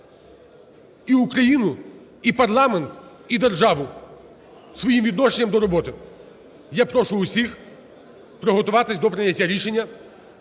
і Україну, і парламент, і державу своїм відношенням до роботи. Я прошу усіх приготуватись до прийняття рішення.